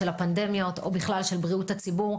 של הפנדמניות ובכלל של בריאות הציבור,